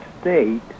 state